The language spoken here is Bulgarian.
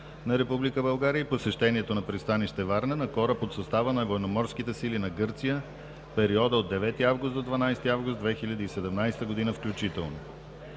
и посещението на пристанище Варна на кораб от състава на Военноморските сили на Гърция в периода от 9 август до 12 август 2017 г. включително.